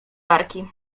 barki